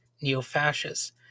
neo-fascists